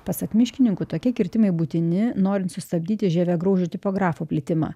pasak miškininkų tokie kirtimai būtini norint sustabdyti žievėgraužio tipografo plitimą